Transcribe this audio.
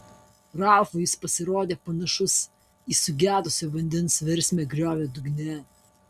ralfui jis pasirodė panašus į sugedusio vandens versmę griovio dugne